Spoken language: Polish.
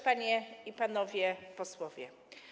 Panie i Panowie Posłowie!